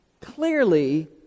clearly